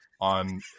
on